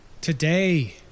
today